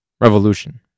Revolution